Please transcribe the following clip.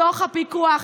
בתוך הפיקוח,